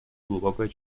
глубокое